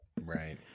Right